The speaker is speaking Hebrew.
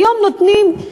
היום נותנים,